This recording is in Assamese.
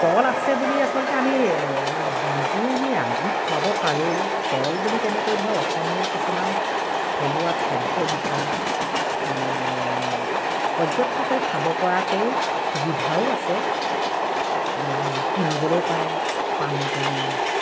ষ্টল আছে বুলি আচলতে আমি নিজেই আমি ৰান্ধি খুৱাব পাৰোঁ ষ্টল বুলি তেনেকৈ ধৰক অসমীয়া কিছুমান থলুৱা খাদ্য বিকাশ পৰ্যটকসকলে খাব পৰাকৈ সুবিধাও আছে আৰু কিনিবলৈও পায় পানী টেঙা